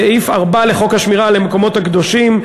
סעיף 4 לחוק השמירה על המקומות הקדושים,